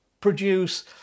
produce